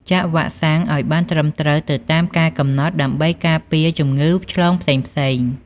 ចាក់វ៉ាក់សាំងឲ្យបានត្រឹមត្រូវទៅតាមកាលកំណត់ ដើម្បីការពារជំងឺឆ្លងផ្សេងៗ។